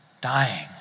dying